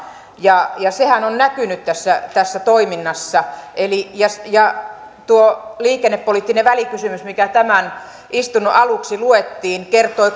sehän on näkynyt tässä tässä toiminnassa ja ja tuo liikennepoliittinen välikysymys mikä tämän istunnon aluksi luettiin kertoi